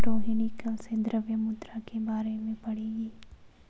रोहिणी कल से द्रव्य मुद्रा के बारे में पढ़ेगी